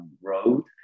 road